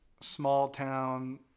small-town